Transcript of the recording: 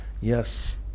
Yes